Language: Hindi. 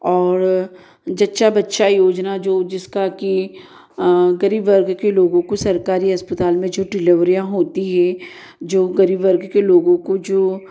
और जच्चा बच्चा योजना जो जिसका कि गरीब वर्ग के लोगों को सरकारी अस्पताल में जो डिलिवरियाँ होती हैं जो गरीब वर्ग के लोगों को जो